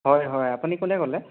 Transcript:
হয় হয় আপুনি কোনে ক'লে